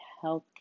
health